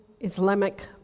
Islamic